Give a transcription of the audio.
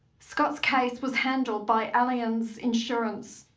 scott's case was handled by allianz insurance,